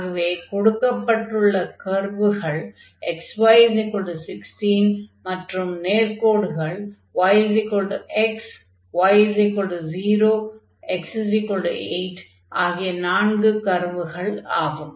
ஆகவே கொடுக்கப்பட்டுள்ள கர்வுகள் xy16 மற்றும் நேர்க்கோடுகள் y x y 0 x 8 ஆகிய நான்கு கர்வுகள் ஆகும்